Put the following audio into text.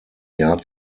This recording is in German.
jahr